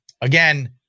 again